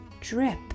drip